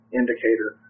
indicator